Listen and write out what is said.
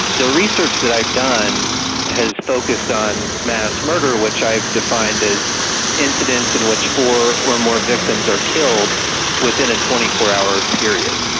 the research that i've done has focused on mass murder, which i've defined as incidents in which four or more victims are killed within a twenty four hour period.